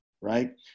right